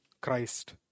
Christ